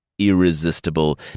irresistible